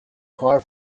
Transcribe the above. car